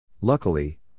Luckily